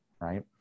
Right